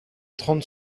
trente